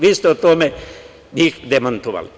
Vi ste u tome njih demantovali.